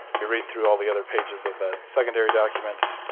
you read through all the other pages of that secondary document,